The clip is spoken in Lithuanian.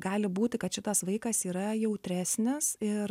gali būti kad šitas vaikas yra jautresnis ir